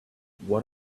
what